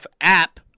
app